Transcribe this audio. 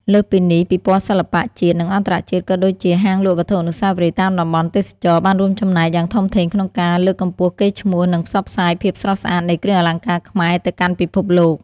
លើសពីនេះ ពិព័រណ៍សិល្បៈ ជាតិ និងអន្តរជាតិ ក៏ដូចជា ហាងលក់វត្ថុអនុស្សាវរីយ៍ តាមតំបន់ទេសចរណ៍ បានរួមចំណែកយ៉ាងធំធេងក្នុងការ លើកកម្ពស់កេរ្តិ៍ឈ្មោះ និងផ្សព្វផ្សាយភាពស្រស់ស្អាតនៃគ្រឿងអលង្ការខ្មែរទៅកាន់ពិភពលោក។